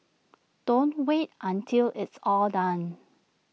don't wait until it's all done